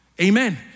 Amen